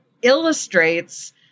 illustrates